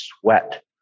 sweat